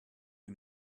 you